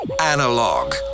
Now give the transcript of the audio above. analog